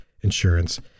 insurance